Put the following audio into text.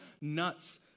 nuts